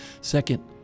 Second